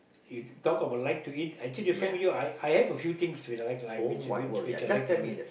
you talk about like to eat actually to frank you I I have a few things which I like which I like only